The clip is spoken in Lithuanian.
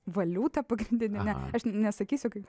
valiuta pagrindinė ne aš nesakysiu kaip